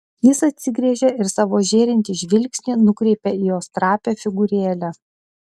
jis atsigręžė ir savo žėrintį žvilgsnį nukreipė į jos trapią figūrėlę